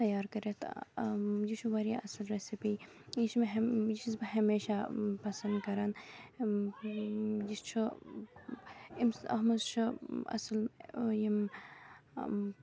تیار کٔرِتھ یِم یہِ چھِ واریاہ اصل ریسِپی یہِ چھِ مےٚ ہَمیشہِ یہِ چھس بہٕ ہَمیشہ پسند کَران یہِ چھُ اَتھ منٛز چھُ اصل یِم